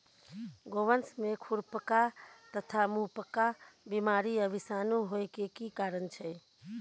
गोवंश में खुरपका तथा मुंहपका बीमारी आ विषाणु होय के की कारण छै?